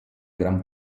gran